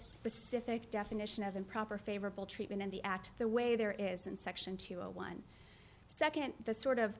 specific definition of improper favorable treatment in the act the way there is in section two zero one second the sort of